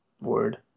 word